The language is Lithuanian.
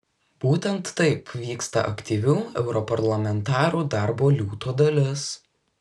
būtent taip vyksta aktyvių europarlamentarų darbo liūto dalis